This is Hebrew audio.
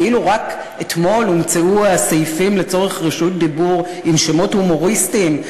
כאילו רק אתמול הומצאו הסעיפים לצורך רשות דיבור עם שמות הומוריסטיים.